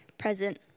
present